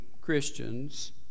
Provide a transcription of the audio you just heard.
Christians